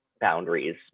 boundaries